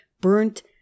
burnt